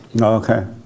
Okay